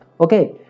Okay